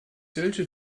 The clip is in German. solche